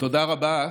תודה רבה,